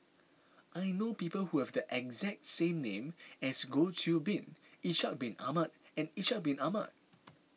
I know people who have the exact same name as Goh Qiu Bin Ishak Bin Ahmad and Ishak Bin Ahmad